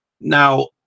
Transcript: now